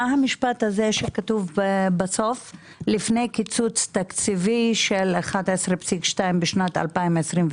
מה המשפט הזה שכתוב השר לפני קיצוץ תקציבי של 11.2 ב-2023?